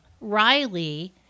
Riley